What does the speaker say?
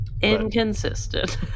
Inconsistent